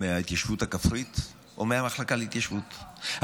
על ההתיישבות הכפרית או על המחלקה להתיישבות,